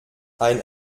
ein